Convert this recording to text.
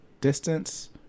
distance